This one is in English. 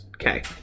Okay